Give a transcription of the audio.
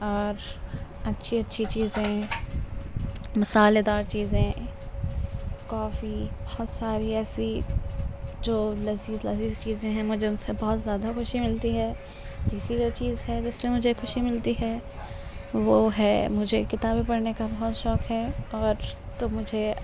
اور اچھی اچھی چیزیں مصالحہ دار چیزیں کافی بہت ساری ایسی جو لذیذ لذیذ چیزیں ہیں مجھے ان سے بہت زیادہ خوشی ملتی ہے تیسری جو چیز ہے جس سے مجھے خوشی ملتی ہے وہ ہے مجھے کتابیں پڑھنے کا بہت شوق ہے اور تو مجھے